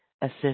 assist